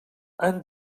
han